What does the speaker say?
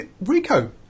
Rico